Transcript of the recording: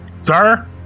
Sir